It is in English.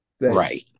right